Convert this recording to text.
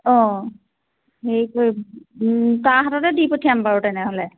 অঁ হেৰি কৰিব তাৰ হাততে দি পঠিয়াম বাৰু তেনেহ'লে